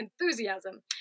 enthusiasm